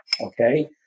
Okay